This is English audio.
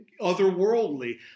otherworldly